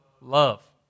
Love